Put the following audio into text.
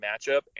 matchup